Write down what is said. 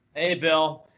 hey, bill.